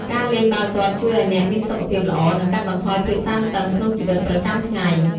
ការលេងបាល់ទាត់ជួយឲ្យអ្នកមានសុខភាពល្អ និងកាត់បន្ថយភាពតានតឹងក្នុងជីវិតប្រចាំថ្ងៃ។